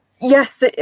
yes